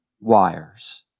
wires